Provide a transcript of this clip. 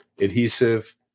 adhesive